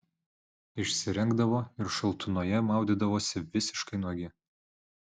išsirengdavo ir šaltuonoje maudydavosi visiškai nuogi